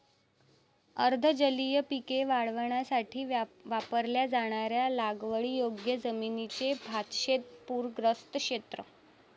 अर्ध जलीय पिके वाढवण्यासाठी वापरल्या जाणाऱ्या लागवडीयोग्य जमिनीचे भातशेत पूरग्रस्त क्षेत्र